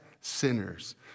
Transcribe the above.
sinners